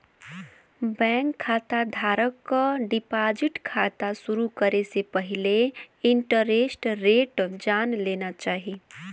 bank खाता धारक क डिपाजिट खाता शुरू करे से पहिले इंटरेस्ट रेट जान लेना चाही